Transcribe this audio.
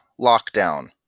lockdown